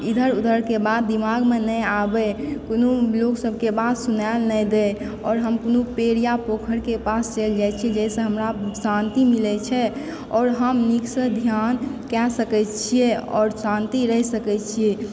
इधर उधर के बात दिमाग मे नहि आबए कोनो लोक सबके बात सुनाइ नहि दे आओर हम कोनो पेड़ यऽ पोखरिक पास चलि जाइ छी जाहिसे हमरा शान्ति मिलै छै आओर हम नीक सऽ ध्यान कय सकै छियै आओर शान्ति रहि सकै छियै